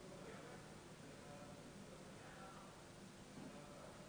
בשנת 2020 תשלם קופת חולים בעבור שירותי בריאות שרכשה בכל בית חולים